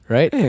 Right